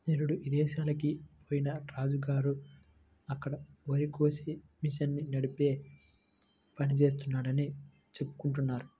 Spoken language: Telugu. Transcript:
నిరుడు ఇదేశాలకి బొయ్యిన రాజు గాడు అక్కడ వరికోసే మిషన్ని నడిపే పని జేత్తన్నాడని చెప్పుకుంటున్నారు